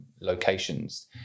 locations